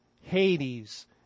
Hades